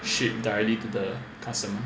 ship directly to the customer